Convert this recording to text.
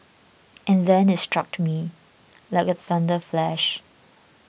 and then it struck me like a thunder flash